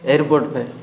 airport ପାଇଁ